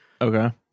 Okay